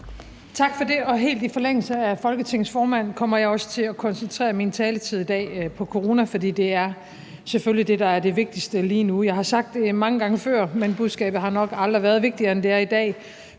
Tak for det, og helt i forlængelse af Folketingets formand kommer jeg også til at koncentrere min taletid i dag om corona, for det er selvfølgelig det, der er det vigtigste lige nu. Jeg har sagt det mange gange før, men budskabet har nok aldrig været vigtigere, end det er i dag: